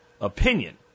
opinion